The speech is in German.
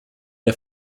der